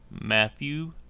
Matthew